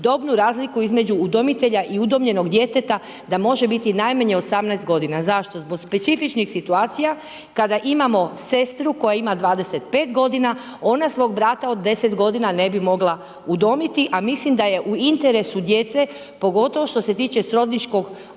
dobnu razliku između udomitelja i udomljenog djeteta, da može biti najmanje 18 g. Zašto? Zbog specifičnih situacija, kada imamo sestru koja ima 25 g. ona svog brata od 10 g. ne bi mogla udomiti, a mislim da je u interesu djece, pogotovo što se tiče srodničkog udomljenja